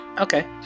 Okay